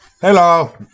Hello